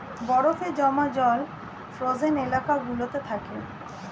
বরফে জমা জল ফ্রোজেন এলাকা গুলোতে থাকে